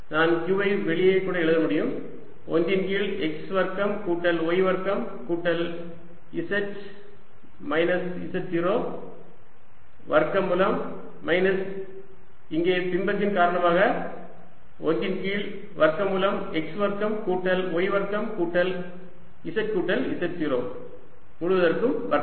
நான் q ஐ வெளியே கூட எழுத முடியும் 1 இன் கீழ் x வர்க்கம் கூட்டல் y வர்க்கம் கூட்டல் z மைனஸ் z0 வர்க்கமூலம் மைனஸ் இங்கே பிம்பத்தின் காரணமாக 1 இன் கீழ் வர்க்கமூலம் x வர்க்கம் கூட்டல் y வர்க்கம் கூட்டல் z கூட்டல் z0 முழுவதற்கும் வர்க்கம்